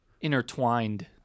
intertwined